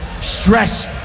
stress